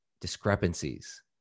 discrepancies